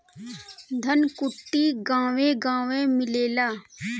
धनकुट्टी गांवे गांवे मिलेला